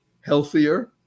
healthier